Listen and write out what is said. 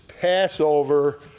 Passover